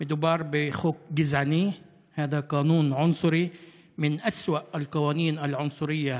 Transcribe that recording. ואיום דמוגרפי.) כל סיפור אהבה ונישואים פלסטינים